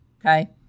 okay